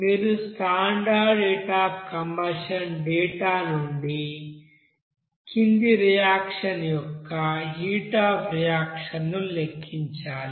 మీరు standard heat of combustion data నుండి కింది రియాక్షన్ యొక్క హీట్ అఫ్ రియాక్షన్ ను లెక్కించాలి